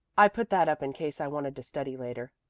i put that up in case i wanted to study later.